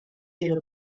ihre